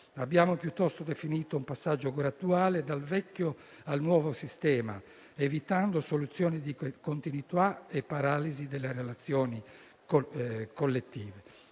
Abbiamo piuttosto definito un passaggio graduale dal vecchio al nuovo sistema, evitando soluzioni di conflittualità e paralisi delle relazioni collettive.